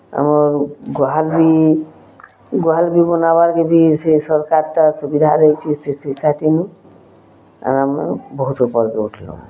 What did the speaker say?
ଆମର୍ ଗୁହାଲ୍ ବି ଗୁହାଲ୍ ବି ବନାବାକେ ବି ସେ ସର୍କାର୍ଟା ସୁବିଧା ଦେଇଛେ ସେ ସୋସାଇଟିନୁ ଆମର୍ ବହୁତ୍ ଉପର୍କୁ ଉଠ୍ଲୁନ